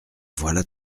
voilà